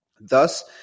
Thus